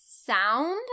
sound